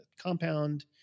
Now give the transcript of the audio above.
compound